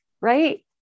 right